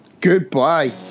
Goodbye